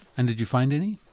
and did you find any?